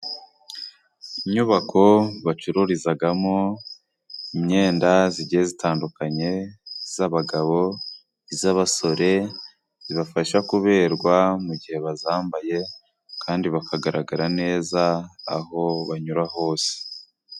Inyubako bacururizagamo imyenda zigiye zitandukanye, z'abagabo iz'abasore zibafasha kuberwa mu gihe bazambaye, kandi bakagaragara neza aho banyura hose.